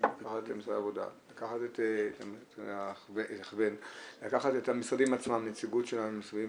ואת כל ההשכלה המתאימה, לא רואים אותן.